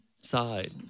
side